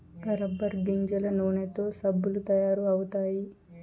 rubber గింజల నూనెతో సబ్బులు తయారు అవుతాయి